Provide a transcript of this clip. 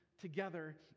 together